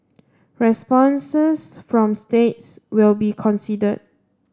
responses from states will be considered